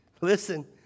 listen